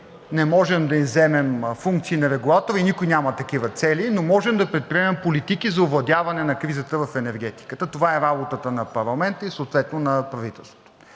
не можем да изземем функции на регулатора и никой няма такива цели, но можем да предприемем политики за овладяване на кризата в енергетиката. Това е работата на парламента, съответно и на правителството.